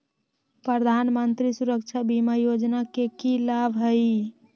प्रधानमंत्री सुरक्षा बीमा योजना के की लाभ हई?